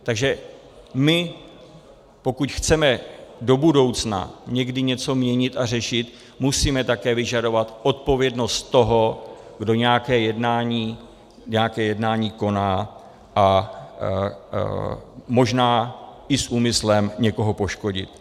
Takže my, pokud chceme do budoucna někdy něco měnit a řešit, musíme také vyžadovat odpovědnost toho, kdo nějaké jednání koná, a možná i s úmyslem někoho poškodit.